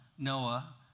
Noah